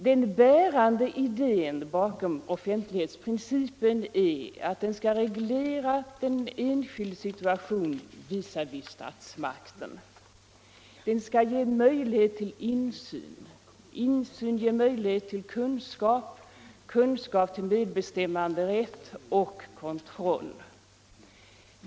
Den bärande idén bakom offentlighetsprincipen är att den skall reglera den enskildes situation visavi statsmakterna. Den skall ge möjlighet till insyn, kunskap, medbestämmanderätt och kontroll.